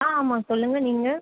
ஆ ஆமாம் சொல்லுங்கள் நீங்கள்